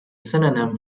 synonym